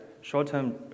short-term